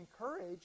encourage